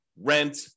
rent